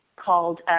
called